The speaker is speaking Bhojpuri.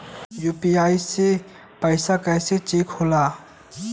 यू.पी.आई से पैसा कैसे चेक होला?